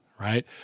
right